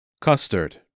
Custard